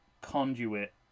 conduit